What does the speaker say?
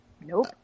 Nope